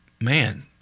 man